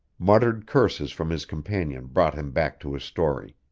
muttered curses from his companion brought him back to his story.